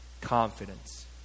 confidence